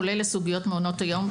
כולל לסוגיות מעונות היום,